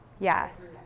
yes